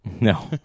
No